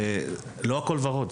לא הכול ורוד,